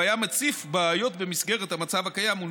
הוא היה מציף בעיות במסגרת המצב הקיים מול